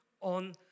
on